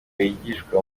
yigishwa